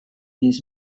his